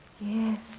Yes